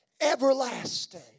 everlasting